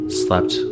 slept